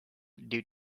due